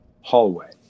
Hallway